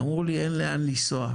אמרו לי, אין לאן לנסוע.